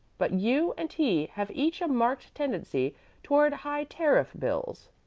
but you and he have each a marked tendency towards high-tariff bills.